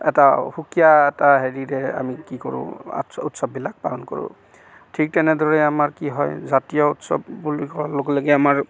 এটা সুকীয়া এটা হেৰিত হে আমি কি কৰোঁ আচু উৎসৱবিলাক পালন কৰোঁ ঠিক তেনেদৰে আমাৰ কি হয় জাতীয় উৎসৱ বুলি কোৱাৰ লগে লগে আমাৰ